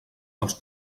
dels